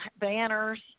banners